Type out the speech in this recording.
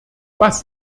was